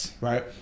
Right